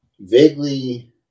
vaguely